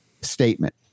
statement